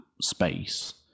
space